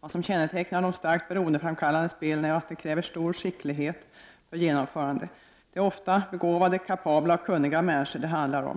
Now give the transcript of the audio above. Vad som kännetecknar de starkt beroendeframkallande spelen är att de kräver stor skicklighet för genomförandet. Det är ofta begåvade, kapabla och kunniga människor det handlar om.